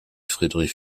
friedrich